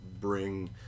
bring